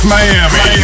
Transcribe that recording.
Miami